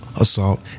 assault